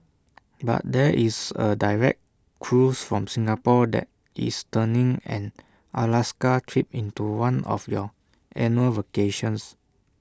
but there is A direct cruise from Singapore that is turning an Alaska trip into one of your annual vacations